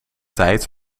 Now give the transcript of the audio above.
tijd